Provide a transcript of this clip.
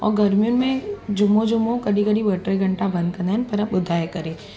अऊं गर्मियुनि में जुमो जुमो कॾहिं कॾहिं ॿ टे घंटा बंदि कंदा आहिनि पर ॿुधाए करे